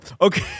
okay